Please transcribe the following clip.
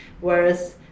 Whereas